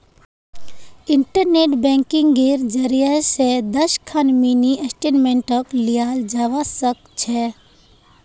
internet बैंकिंगेर जरियई स दस खन मिनी स्टेटमेंटक लियाल जबा स ख छ